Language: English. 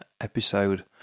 episode